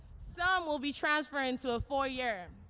some will be transferring to a four-year.